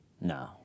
No